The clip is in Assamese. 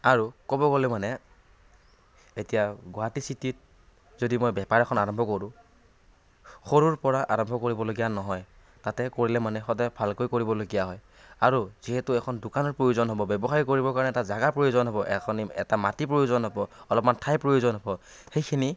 আৰু ক'ব গ'লে মানে এতিয়া গুৱাহাটী চিটিত যদি মই বেপাৰ এখন আৰম্ভ কৰোঁ সৰুৰ পৰা আৰম্ভ কৰিবলগীয়া নহয় তাতে কৰিলে মানে সদায় ভালকৈ কৰিবলগীয়া হয় আৰু যিহেতু এখন দোকানৰ প্ৰয়োজন হ'ব ব্যৱসায় কৰিবৰ কাৰণে এটা জাগা প্ৰয়োজন হ'ব এখনি এটা মাটি প্ৰয়োজন হ'ব অলপমান ঠাই প্ৰয়োজন হ'ব সেইখিনি